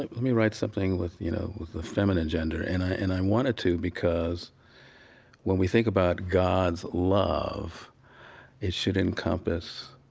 let me write something with, you know, with the feminine gender. and i and i wanted to because when we think about god's love it should encompass,